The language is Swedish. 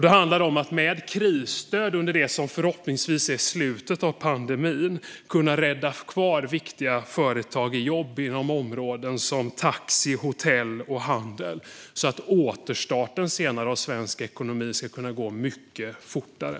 Det handlar om att med krisstöd under det som förhoppningsvis är slutet av pandemin kunna rädda kvar viktiga företag och jobb inom områden som taxi, hotell och handel så att återstarten av svensk ekonomi sedan ska kunna gå mycket fortare.